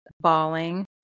bawling